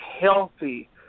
healthy